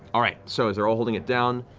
all right. so as they're all holding it down,